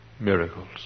miracles